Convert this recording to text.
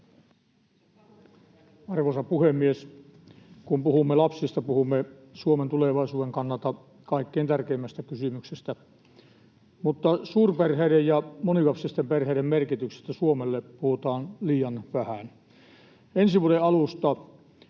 Arvoisa puhemies! Kun puhumme lapsista, puhumme Suomen tulevaisuuden kannalta kaikkein tärkeimmästä kysymyksestä. Mutta suurperheiden ja monilapsisten perheiden merkityksestä Suomelle puhutaan liian vähän. Ensi vuoden alusta